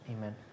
amen